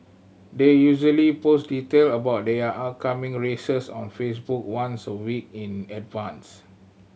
they usually post detail about their upcoming races on Facebook once a week in advance